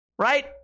right